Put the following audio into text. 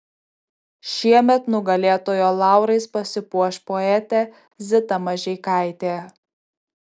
šiemet nugalėtojo laurais pasipuoš poetė zita mažeikaitė